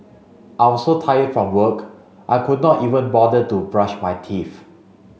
I was so tired from work I could not even bother to brush my teeth